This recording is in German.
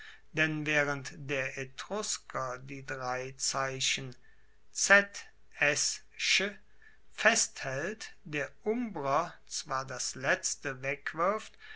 denn waehrend der etrusker die drei zeichen z s sch festhaelt der umbrer zwar das letzte wegwirft